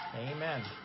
Amen